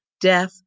death